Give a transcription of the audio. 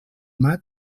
maig